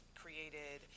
created